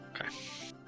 Okay